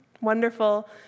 wonderful